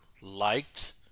liked